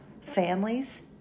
families